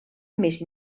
més